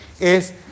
es